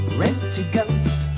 rent-a-ghost